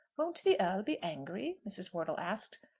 won't the earl be angry? mrs. wortle asked.